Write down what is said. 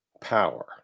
power